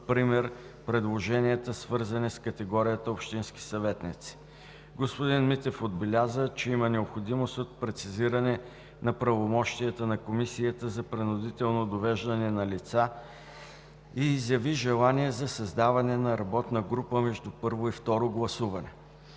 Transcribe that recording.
например предложенията свързани с категорията общински съветници. Господин Митев отбеляза, че има необходимост от прецизиране на правомощията на Комисията за принудително довеждане на лица и изяви желание за създаване на работна група между първо и второ гласуване.